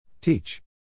Teach